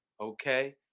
okay